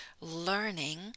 learning